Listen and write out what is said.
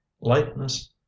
lightness